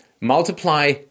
multiply